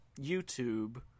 YouTube